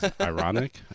ironic